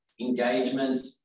engagement